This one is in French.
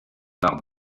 l’art